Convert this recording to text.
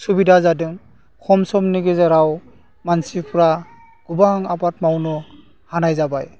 सुबिदा जादों खम समनि गेजेराव मानसिफ्रा गोबां आबाद मावनो हानाय जाबाय